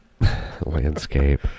landscape